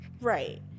Right